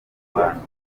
bantu